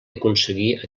aconseguir